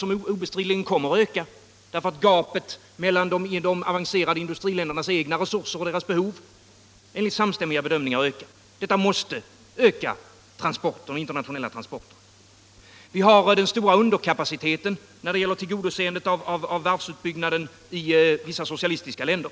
Den exploateringen kommer obestridligen att öka, eftersom gapet mellan de avancerade industriländernas egna resurser och behov enligt samstämmiga bedömningar har ökat. Detta måste innebära en ökning av de internationella transporterna. Likaså har vi den stora underkapaciteten när det gäller att tillgodose varvsutbyggnaden i vissa socialistiska länder.